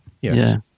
Yes